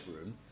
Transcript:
room